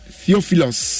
theophilus